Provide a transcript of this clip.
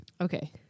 Okay